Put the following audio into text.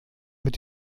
mit